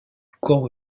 corps